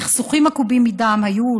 סכסוכים עקובים מדם היו,